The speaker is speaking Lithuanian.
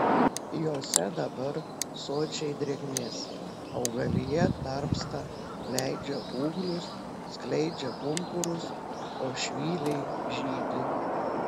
jose dabar sočiai drėgmės augalija tarpsta leidžia ūglius skleidžia pumpurus o švyliai žydi